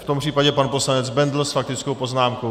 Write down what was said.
V tom případě pan poslanec Bendl s faktickou poznámku.